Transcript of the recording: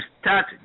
start